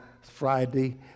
Friday